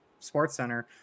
SportsCenter